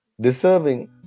deserving